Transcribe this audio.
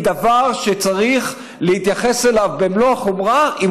היא דבר שצריך להתייחס אליו במלוא החומרה,